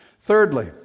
Thirdly